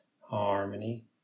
harmony